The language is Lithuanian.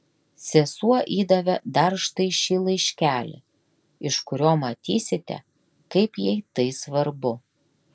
sesuo įdavė dar štai šį laiškelį iš kurio matysite kaip jai tai svarbu